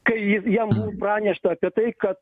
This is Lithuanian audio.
kai jam buvo pranešta apie tai kad